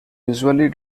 usually